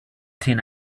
thing